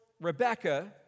Rebecca